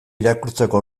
irakurtzeko